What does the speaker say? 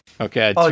Okay